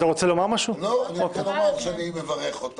מהוועדה המיוחדת